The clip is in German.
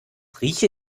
rieche